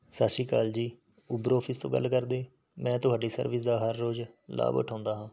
ਸਤਿ ਸ਼੍ਰੀ ਅਕਾਲ ਜੀ ਉਬਰ ਔਫਿਸ ਤੋਂ ਗੱਲ ਕਰਦੇ ਮੈਂ ਤੁਹਾਡੀ ਸਰਵਿਸ ਦਾ ਹਰ ਰੋਜ਼ ਲਾਭ ਉਠਾਉਂਦਾ ਹਾਂ